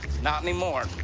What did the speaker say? not anymore,